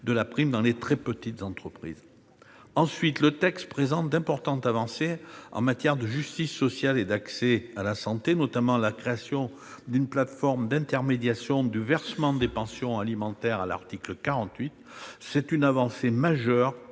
de la prime dans les très petites entreprises. Le texte comporte ensuite d'importantes avancées en matière de justice sociale et d'accès à la santé, notamment la création d'une plateforme d'intermédiation du versement des pensions alimentaires, à l'article 48. C'est une avancée majeure